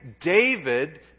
David